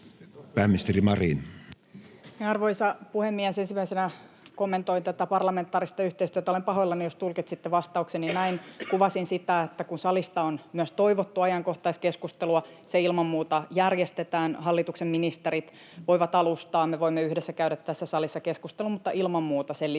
Pääministeri Marin. Arvoisa puhemies! Ensimmäisenä kommentoin tätä parlamentaarista yhteistyötä. Olen pahoillani, jos tulkitsitte vastaukseni näin. Kuvasin sitä, että kun salista on myös toivottu ajankohtaiskeskustelua, se ilman muuta järjestetään. Hallituksen ministerit voivat alustaa, ja me voimme yhdessä käydä tässä salissa keskustelun, mutta ilman muuta sen lisäksi